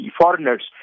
foreigners